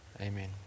amen